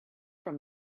from